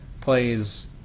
plays